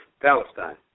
Palestine